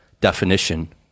definition